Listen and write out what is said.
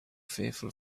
fearful